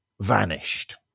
vanished